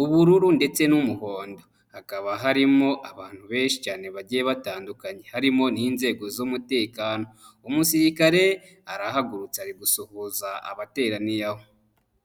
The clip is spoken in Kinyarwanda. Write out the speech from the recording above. ,ubururu ndetse n'umuhondo. Hakaba harimo abantu benshi cyane bagiye batandukanye harimo n'inzego z'umutekano. Umusirikare arahagurutsa ari gusuhuza abateraniye aho.